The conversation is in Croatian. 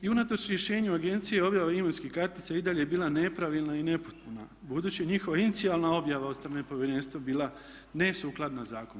I unatoč rješenju agencije objava imovinskih kartica i dalje je bila nepravilna i nepotpuna budući je njihova inicijalna objava od strane povjerenstva bila nesukladna zakonu.